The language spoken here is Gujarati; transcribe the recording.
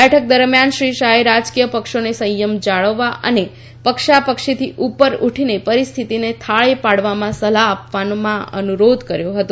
બેઠક દરમિયાન શ્રી શાહે રાજકીય પક્ષોને સંયમ જાળવવા અને પક્ષાપક્ષીથી ઉપર ઉઠીને પરિસ્થિતિને થાળે પાડવામાં સહકાર આપવામાં અનુરોધ કર્યો હતો